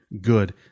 good